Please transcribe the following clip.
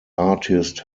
artist